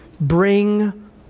bring